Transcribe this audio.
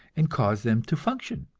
and cause them to function.